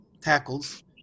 tackles